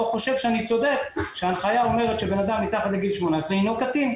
או חושב שאני צודק שההנחיה אומרת שבנאדם מתחת לגיל 18 הינו קטין.